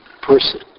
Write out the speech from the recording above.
person